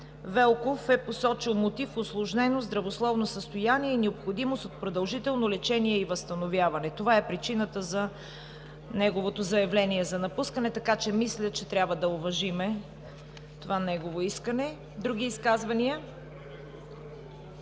Велков е посочил мотив: „усложнено здравословно състояние и необходимост от продължително лечение и възстановяване“. Това е причината за неговото заявление за напускане и мисля, че трябва да уважим това негово искане. Други изказвания?